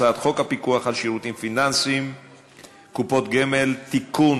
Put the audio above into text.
הצעת חוק הפיקוח על שירותים פיננסיים (קופות גמל) (תיקון,